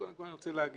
קודם כל אני רוצה להגיד